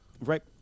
right